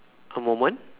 a moment